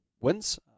wins